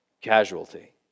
casualty